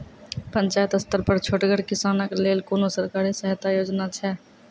पंचायत स्तर पर छोटगर किसानक लेल कुनू सरकारी सहायता योजना छै?